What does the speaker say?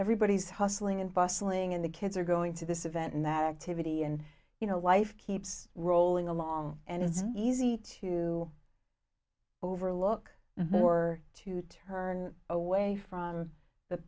everybody's hustling and bustling and the kids are going to this event and that activity and you know life keeps rolling along and easy to overlook or to turn away from the